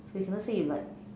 so you cannot say you like